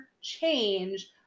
change